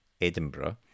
Edinburgh